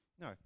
no